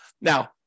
Now